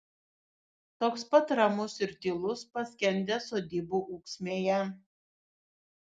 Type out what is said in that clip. toks pat ramus ir tylus paskendęs sodybų ūksmėje